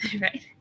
right